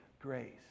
grace